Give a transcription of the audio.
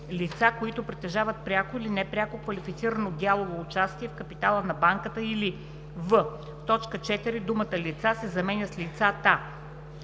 „лица, които притежават пряко или непряко квалифицирано дялово участие в капитала на банката или“; в) в т. 4 думата „лица“ се заменя с „лицата“,